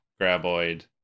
graboid